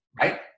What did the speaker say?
right